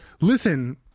Listen